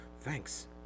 Thanks